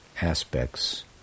aspects